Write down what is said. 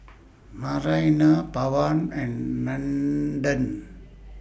Narayana Pawan and Nandan